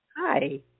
Hi